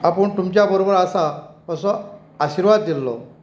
आपूण तुमच्या बरोबर आसा असो आशिर्वाद दिल्लो